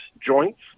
joints